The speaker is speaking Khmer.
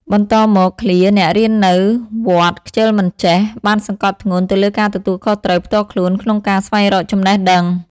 បន្តមក ឃ្លា "អ្នករៀននៅ (វត្ត) ខ្ជិលមិនចេះ" បានសង្កត់ធ្ងន់ទៅលើការទទួលខុសត្រូវផ្ទាល់ខ្លួនក្នុងការស្វែងរកចំណេះដឹង។